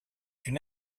une